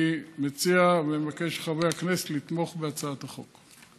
אני מציע, ומבקש מחברי הכנסת, לתמוך בהצעת החוק.